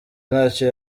ntacyo